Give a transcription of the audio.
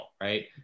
right